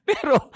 Pero